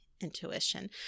intuition